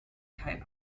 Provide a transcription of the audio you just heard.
kein